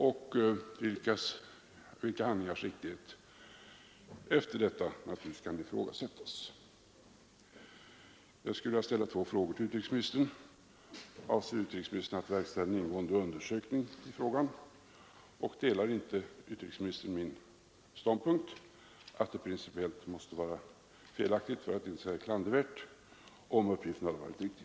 Sådana handlingars riktighet kunde efter detta naturligtvis ifrågasättas. Jag skulle vilja ställa två frågor till utrikesministern: Avser utrikesministern att verkställa en ingående undersökning i frågan? Delar inte utrikesministern min ståndpunkt att det principiellt måste vara felaktigt för att inte säga klandervärt om uppgiften hade varit riktig?